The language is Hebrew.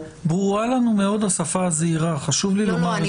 ברורה לנו מאוד השפה הזהירה, חשוב לי לומר את זה.